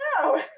No